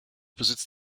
besitzt